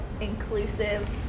inclusive